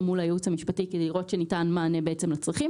מול היועץ המשפטי כדי לראות שניתן מענה לצרכים.